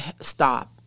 stop